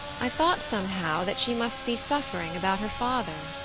i've thought, somehow, that she must be suffering about her father.